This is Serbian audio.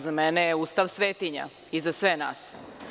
Za mene je Ustav svetinja i za sve nas.